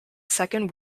second